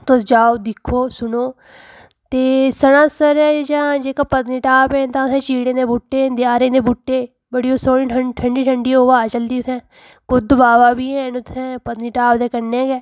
तुस जाओ दिक्खो सुनो ते सनासर जां जेह्का पत्नीटॉप ऐ तां उ'त्थें चीड़ें दे बूह्टे दयारें दे बूह्टे बड़ी सोह्नी ठंडी ठंडी हवा चलदी उ'त्थें कुद्ध बावा बी हैन उ'त्थें पत्नीटॉप दे कन्नै गै